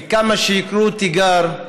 וכמה שיקראו תיגר,